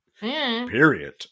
period